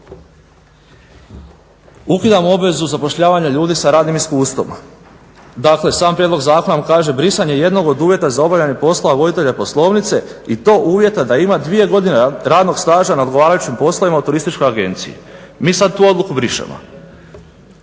ukidamo obvezu zapošljavanja ljudi sa radnim iskustvom. Dakle sam prijedlog zakona nam kaže brisanje jednog od uvjeta za obavljanje poslova voditelja poslovnice i to uvjeta da ima dvije godine radnog staža na odgovarajućim poslovima u turističkoj agenciji. Mi sada tu odluku brišemo.